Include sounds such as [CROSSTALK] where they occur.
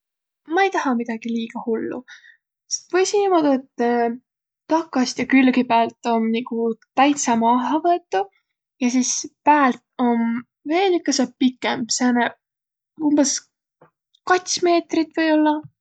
Ma-i tahaq midägiq liiga hullu. Võisiq niimoodu, et [HESITATION] takast ja külgi päält om niguq täitsa maaha võetu ja sis päält om veidükese pikemb, sääne umbõs kats meetrit või-ollaq.